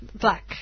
Black